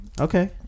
Okay